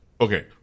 Okay